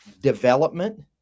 development